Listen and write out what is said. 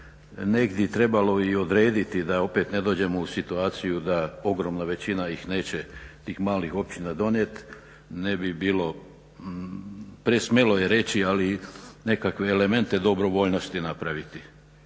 negdi trebalo i odrediti da opet ne dođemo u situaciju da ogromna većina ih neće tih malih općina donijet, ne bi bilo, presmjelo je reći ali nekakve elemente dobrovoljnosti napraviti